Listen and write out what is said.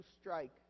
strike